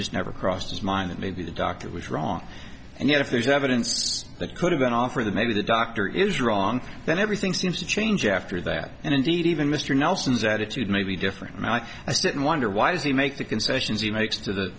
just never crossed his mind that maybe the doctor was wrong and yet if there's evidence that could have been off for the maybe the doctor is wrong then everything seems to change after that and indeed even mr nelson's attitude may be different and i sit and wonder why does he make the concessions he makes to the